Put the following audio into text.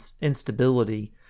instability